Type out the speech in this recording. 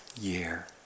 year